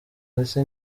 ndetse